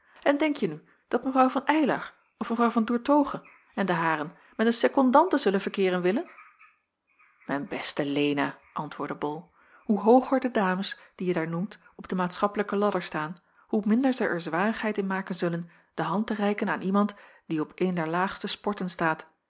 en denkje nu dat mevrouw van eylar of mevrouw van doertoghe en de haren met een secondante zullen verkeeren willen mijn beste lena antwoordde bol hoe hooger de dames die je daar noemt op den maatschappelijken ladder staan hoe minder zij er zwarigheid in maken zullen de hand te reiken aan iemand die op een der laagste sporten staat